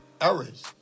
errors